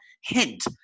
hint